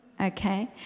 okay